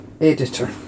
editor